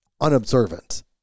unobservant